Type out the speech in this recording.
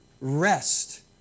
rest